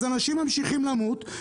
אז אנשים ממשיכים למות,